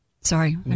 Sorry